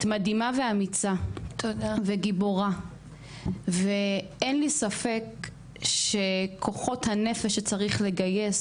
את מדהימה ואמיצה וגיבורה ואין לי ספק שכוחות הנפש שצריך לגייס,